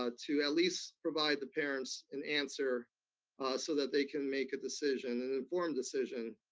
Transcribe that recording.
ah to at least provide the parents an answer so that they can make a decision, an informed decision,